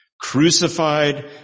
Crucified